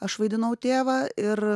aš vaidinau tėvą ir